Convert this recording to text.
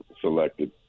selected